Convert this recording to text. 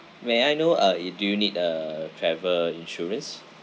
may I know uh if do you need a travel insurance